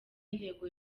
intego